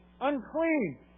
unclean